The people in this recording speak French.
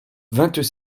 vingt